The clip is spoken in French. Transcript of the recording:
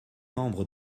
membre